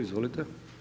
Izvolite.